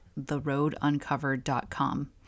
theroaduncovered.com